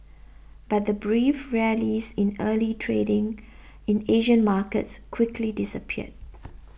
but the brief rallies in early trading in Asian markets quickly disappeared